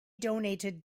donated